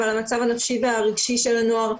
ועל המצב הנפשי והרגשי של הנוער.